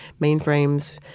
mainframes